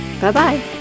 Bye-bye